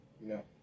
No